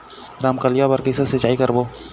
रमकलिया बर कइसे सिचाई करबो?